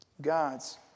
God's